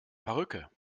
perücke